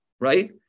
right